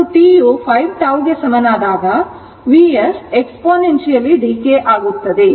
ಮತ್ತು t ಯು 5τ ಗೆ ಸಮನಾದಾಗ Vs exponential decay ಆಗುತ್ತದೆ